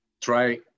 try